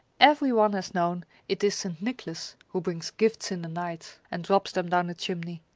every one has known it is st. nicholas who brings gifts in the night and drops them down the chimney.